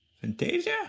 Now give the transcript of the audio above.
Fantasia